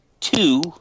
two